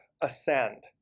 ascend